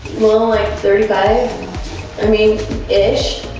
like thirty five? i mean ish.